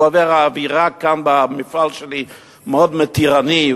הוא אומר: האווירה כאן במפעל שלי מאוד מתירנית,